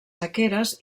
sequeres